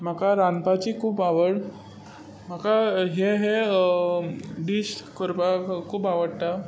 म्हाका रांदपाची खूब आवड म्हाका हे हे डीश करपाक खूब आवडटा